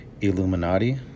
Illuminati